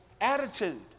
attitude